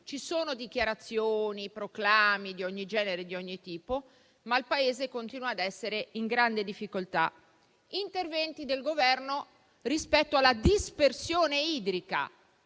Ci sono dichiarazioni, proclami di ogni genere, di ogni tipo, ma il Paese continua ad essere in grande difficoltà. Interventi del Governo rispetto alla dispersione idrica: